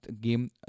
game